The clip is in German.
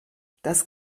das